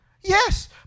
Yes